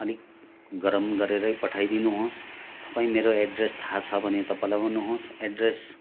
अलिक गरम गरेरै पठाइदिनुहोस् तपाईँ मेरो एड्रेस थाहा छ भने तपाईँ लगाउनुहोस् एड्रेस